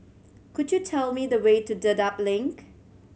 could you tell me the way to Dedap Link